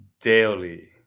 daily